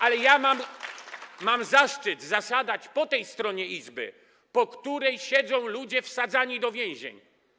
Ale ja mam zaszczyt zasiadać po tej stronie Izby, po której siedzą ludzie wsadzani do więzień.